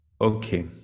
okay